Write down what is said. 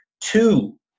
Two